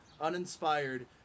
uninspired